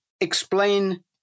explain